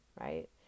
right